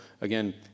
Again